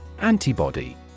Antibody